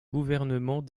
gouvernement